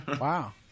wow